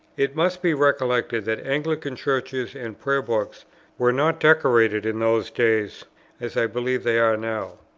it must be recollected that anglican churches and prayer books were not decorated in those days as i believe they are now.